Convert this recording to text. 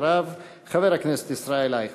אחריו, חבר הכנסת ישראל אייכלר.